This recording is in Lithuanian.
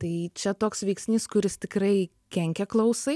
tai čia toks veiksnys kuris tikrai kenkia klausai